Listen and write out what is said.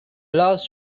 last